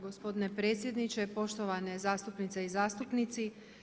gospodine predsjedniče, poštovane zastupnice i zastupnici.